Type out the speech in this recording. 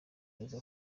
neza